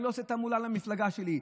אני לא עושה תעמולה למפלגה שלי.